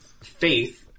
faith